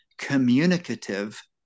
communicative